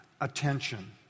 attention